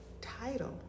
title